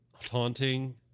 taunting